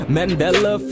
Mandela